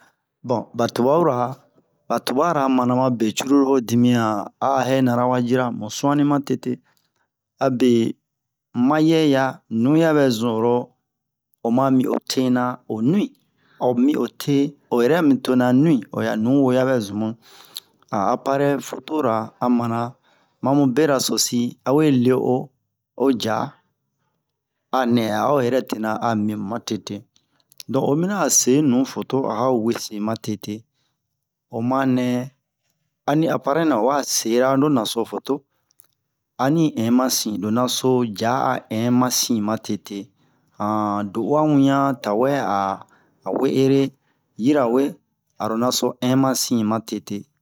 bon ba tubabura ba tubara mana ma be curulu ho dimiyan a a hɛna-ra wa jira mu sun'anni matete abe ma yɛ ya nu ya ɓɛ zun oro oma mi o tena o nu'in a o mi ote o yɛrɛ mitena nu'in o ya nuwoo yabɛ zun mu han aprarɛ-foto-ra a mana mamu bera so si a we le o ja a nɛ a a o yɛrɛ tena a mi mu donk oyi miniyan a o se nu foto a ho wese matete oma nɛ ani aparɛ nɛ o wa sera-ro naso foto ani ɛn masin lo naso ja a ɛn masin matete han do'uwa wiɲan tawɛ a a we ere yirawe aro naso ɛn masin matete